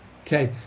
Okay